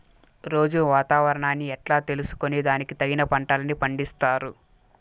రోజూ వాతావరణాన్ని ఎట్లా తెలుసుకొని దానికి తగిన పంటలని పండిస్తారు?